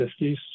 50s